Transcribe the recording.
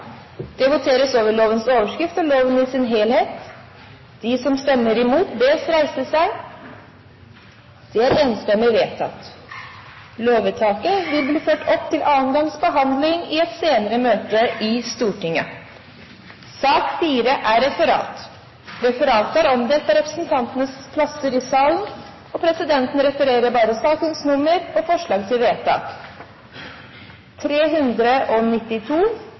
Det voteres over lovens overskrift og loven i sin helhet. Lovvedtaket vil bli ført opp til annen gangs behandling i et senere møte i Stortinget. Dermed er dagens kart ferdigbehandlet. Forlanger noen ordet før møtet heves? – Møtet er